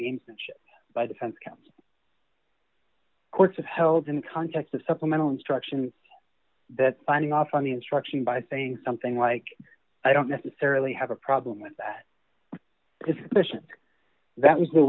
gamesmanship by defense counsel courts upheld in the context of supplemental instructions that binding off on the instruction by saying something like i don't necessarily have a problem with that question that was the